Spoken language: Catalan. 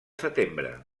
setembre